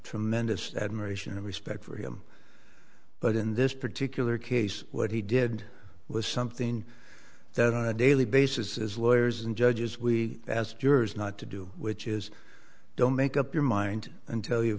tremendous admiration and respect for him but in this particular case what he did was something that on a daily basis as lawyers and judges we as jurors not to do which is don't make up your mind until you've